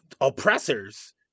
oppressors